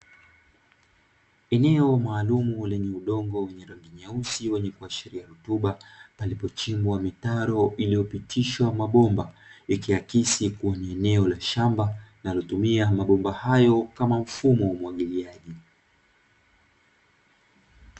Eneo maalumu lenye udongo wenye rangi nyeusi wenye kuashiria rutuba, palipochimbwa mitaro iliyopitishwa mabomba, likiakisi kuwa ni eneo la shamba linalotumia mabomba hayo kama mfumo wa umwagiliaji.